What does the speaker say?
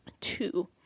two